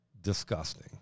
disgusting